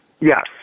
Yes